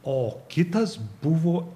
o kitas buvo